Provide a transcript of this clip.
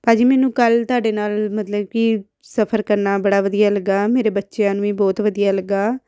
ਭਾਅ ਜੀ ਮੈਨੂੰ ਕੱਲ੍ਹ ਤੁਹਾਡੇ ਨਾਲ ਮਤਲਬ ਕਿ ਸਫ਼ਰ ਕਰਨਾ ਬੜਾ ਵਧੀਆ ਲੱਗਿਆ ਮੇਰੇ ਬੱਚਿਆਂ ਨੂੰ ਵੀ ਬਹੁਤ ਵਧੀਆ ਲੱਗਿਆ